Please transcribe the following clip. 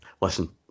listen